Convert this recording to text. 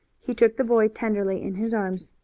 he took the boy tenderly in his arms.